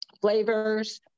flavors